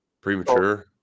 premature